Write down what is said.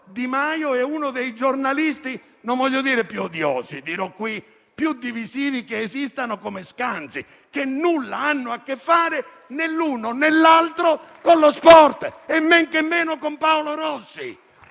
Di Maio e uno dei giornalisti non voglio dire più odiosi, dirò qui più divisivi che esistano, come Scanzi, che nulla hanno a che fare - né l'uno, né l'altro - con lo sport e men che meno con Paolo Rossi.